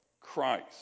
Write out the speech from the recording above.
Christ